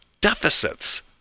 deficits